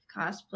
cosplay